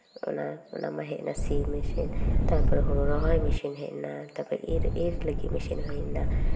ᱚᱱᱟ ᱚᱱᱟ ᱢᱟ ᱦᱮᱡ ᱱᱟ ᱥᱤ ᱢᱮᱥᱤᱱ ᱛᱟᱨᱯᱚᱨᱮ ᱦᱩᱲᱩ ᱨᱚᱦᱚᱭ ᱢᱮᱥᱤᱱ ᱦᱮᱡ ᱱᱟ ᱛᱟᱨᱯᱚᱨ ᱛᱟᱨᱯᱚᱨ ᱤᱨ ᱤᱨ ᱞᱟᱹᱜᱤᱫ ᱢᱮᱥᱤᱱ ᱦᱮᱡ ᱱᱟ